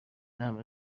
همه